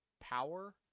power